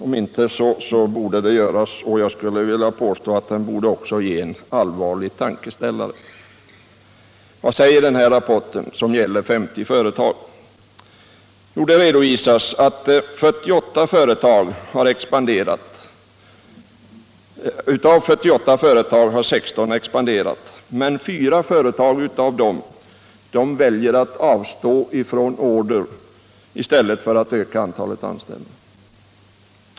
Om inte borde han göra det, och jag skulle vilja påstå att den också borde ge en allvarlig tankeställare. Vad säger denna rapport, som gäller 50 företag? Jo, där redovisas att av 48 företag har 16 expanderat — men fyra av dessa företag väljer att avstå från order i stället för att öka antalet anställda.